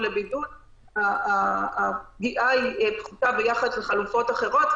לבידוד הפגיעה ביחס לחלופות אחרות פחות פוגענית.